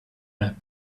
arab